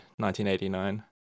1989